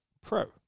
Pro